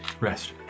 Rest